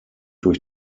durch